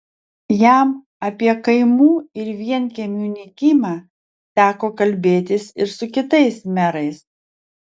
jam apie kaimų ir vienkiemių nykimą teko kalbėtis ir su kitais merais